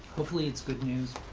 hopefully it's good news,